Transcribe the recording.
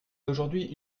aujourd’hui